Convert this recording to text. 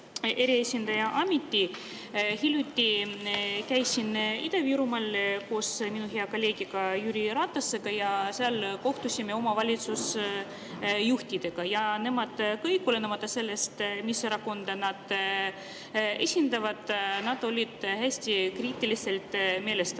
eriesindaja amet. Hiljuti käisin Ida-Virumaal koos minu hea kolleegi Jüri Ratasega ja seal kohtusime omavalitsusjuhtidega. Nemad kõik, olenemata sellest, mis erakonda nad esindavad, olid hästi kriitiliselt meelestatud